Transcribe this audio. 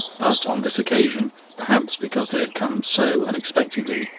but on this occasion perhaps because they had come so unexpectedly,